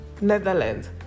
netherlands